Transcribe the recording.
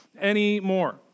anymore